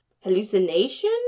hallucination